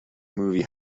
movie